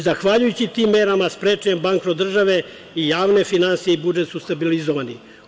Zahvaljujući tim merama sprečio je bankrot države i javne finansije i budžet su stabilizovani.